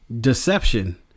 deception